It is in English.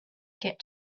get